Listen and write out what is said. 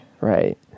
Right